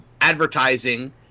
advertising